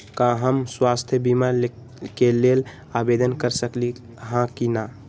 का हम स्वास्थ्य बीमा के लेल आवेदन कर सकली ह की न?